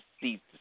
seats